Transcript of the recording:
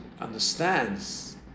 understands